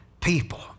people